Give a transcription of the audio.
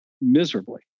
miserably